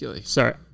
Sorry